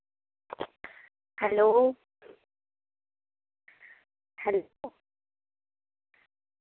hello hello